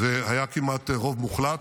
והיה כמעט רוב מוחלט.